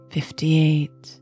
Fifty-eight